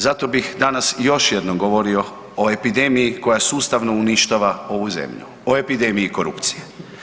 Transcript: Zato bih danas još jednom govorio o epidemiji koja sustavno uništava ovu zemlju, o epidemiji korupcije.